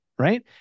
Right